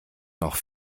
noch